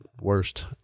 worst